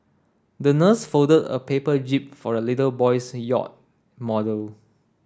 the nurse folded a paper jib for the little boy's yacht model